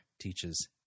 teaches